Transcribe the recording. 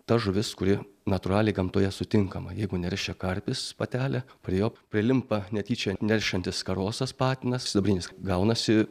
ta žuvis kuri natūraliai gamtoje sutinkama jeigu neršia karpis patelė prie jo prilimpa netyčia neršiantis karosas patinas sidabrinis gaunasi